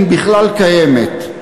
אם בכלל קיימת.